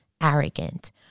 arrogant